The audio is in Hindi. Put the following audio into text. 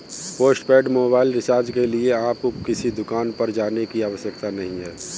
पोस्टपेड मोबाइल रिचार्ज के लिए आपको किसी दुकान पर जाने की आवश्यकता नहीं है